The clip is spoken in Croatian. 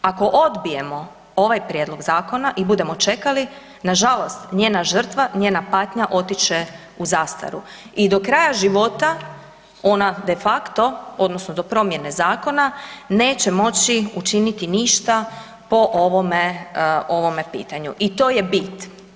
Ako odbijemo ovaj prijedlog zakona i budemo čekali nažalost njena žrtva i njena patnja otić će u zastaru i do kraja života ona de facto odnosno do promjene zakona neće moći učiniti ništa po ovome, ovome pitanju i to je bit.